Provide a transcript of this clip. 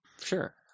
Sure